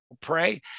pray